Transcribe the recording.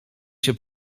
się